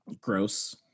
gross